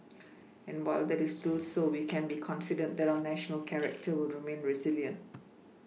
and while that is still so we can be confident that our national character will remain resilient